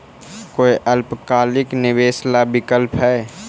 कोई अल्पकालिक निवेश ला विकल्प हई?